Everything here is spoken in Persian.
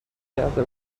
کرده